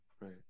right